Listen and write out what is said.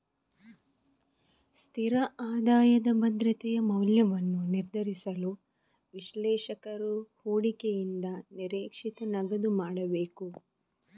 ಸ್ಥಿರ ಆದಾಯದ ಭದ್ರತೆಯ ಮೌಲ್ಯವನ್ನು ನಿರ್ಧರಿಸಲು, ವಿಶ್ಲೇಷಕರು ಹೂಡಿಕೆಯಿಂದ ನಿರೀಕ್ಷಿತ ನಗದು ಮಾಡಬೇಕು